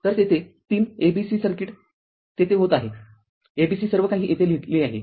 तर तेथे ३ a b c circuit तेथे होते a b c सर्वकाही येथे लिहिलेले आहे